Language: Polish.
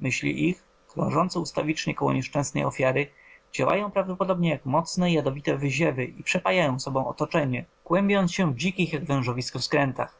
myśli ich krążące ustawicznie koło nieszczęsnej ofiary działają prawdopodobnie jak mocne jadowite wyziewy i przepajają sobą otoczenie kłębiąc się w dzikich jak wężowisko skrętach